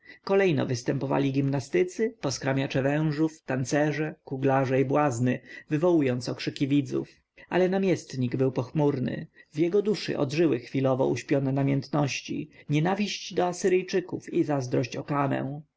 kolejno występowali gimnastycy poskramiacze wężów tancerze kuglarze i błazny wywołując okrzyki widzów ale namiestnik był chmurny w jego duszy odżyły chwilowo uśpione namiętności nienawiść do asyryjczyków i zazdrość o